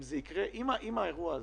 אם האירוע הזה,